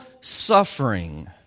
suffering